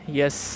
yes